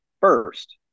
first